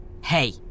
Hey